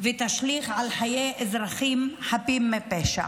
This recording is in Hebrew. ותשליך על חיי אזרחים חפים מפשע.